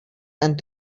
and